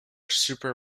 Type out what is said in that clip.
super